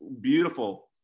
beautiful